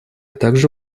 также